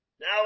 Now